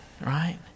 right